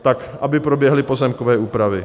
Tak aby proběhly pozemkové úpravy.